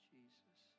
Jesus